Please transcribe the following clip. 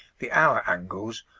the hour angles,